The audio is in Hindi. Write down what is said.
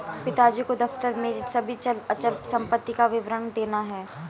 पिताजी को दफ्तर में सभी चल अचल संपत्ति का विवरण देना है